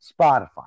Spotify